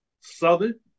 Southern